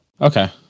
okay